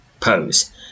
Pose